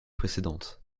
précédentes